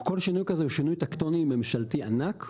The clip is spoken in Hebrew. כל שינוי כזה הוא שינוי טקטוני ממשלתי ענק,